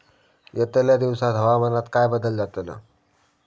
यतल्या दिवसात हवामानात काय बदल जातलो?